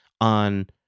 on